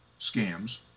scams